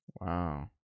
Wow